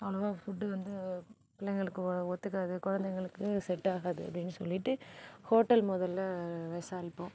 அவ்ளவாக food வந்து பிள்ளைங்களுக்கு ஒத்துக்காது குழந்தைங்களுக்கு செட் ஆகாது அப்படின் சொல்லிவிட்டு ஹோட்டல் முதல்ல விசாரிப்போம்